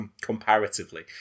comparatively